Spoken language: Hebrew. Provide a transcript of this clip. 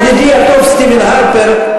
ידידי הטוב סטיבן הרפר,